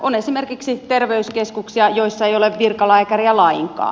on esimerkiksi terveyskeskuksia joissa ei ole virkalääkäriä lainkaan